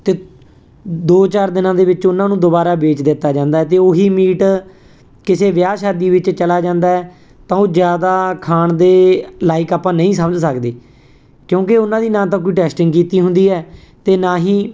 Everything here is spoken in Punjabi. ਅਤੇ ਦੋ ਚਾਰ ਦਿਨਾਂ ਦੇ ਵਿੱਚ ਉਹਨਾਂ ਨੂੰ ਦੁਬਾਰਾ ਵੇਚ ਦਿੱਤਾ ਜਾਂਦਾ ਅਤੇ ਉਹੀ ਮੀਟ ਕਿਸੇ ਵਿਆਹ ਸ਼ਾਦੀ ਵਿੱਚ ਚਲਾ ਜਾਂਦਾ ਤਾਂ ਉਹ ਜ਼ਿਆਦਾ ਖਾਣ ਦੇ ਲਾਇਕ ਆਪਾਂ ਨਹੀਂ ਸਮਝ ਸਕਦੇ ਕਿਉਂਕਿ ਉਹਨਾਂ ਦੀ ਨਾ ਤਾਂ ਕੋਈ ਟੈਸਟਿੰਗ ਕੀਤੀ ਹੁੰਦੀ ਹੈ ਅਤੇ ਨਾ ਹੀ